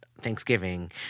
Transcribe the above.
thanksgiving